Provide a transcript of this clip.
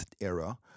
era